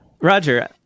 Roger